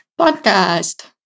Podcast